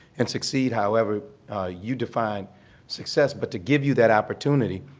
and succeed however you define success, but to give you that opportunity,